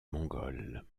mongols